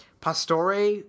Pastore